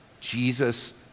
Jesus